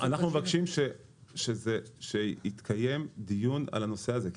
אנחנו מבקשים שיתקיים דיון על הנושא הזה.